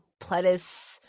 Pledis